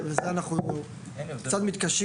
ואולי קצת קשה